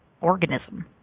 organism